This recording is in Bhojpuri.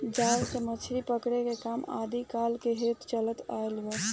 जाल से मछरी पकड़े के काम आदि काल से होत चलत आ रहल बा